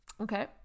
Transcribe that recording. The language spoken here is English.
Okay